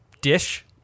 dish